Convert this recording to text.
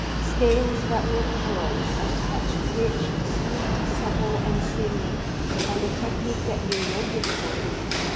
scales that were pearls, a touch rich, sweet, supple and singing and a technique that knew no difficulties,